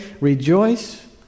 rejoice